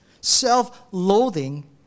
self-loathing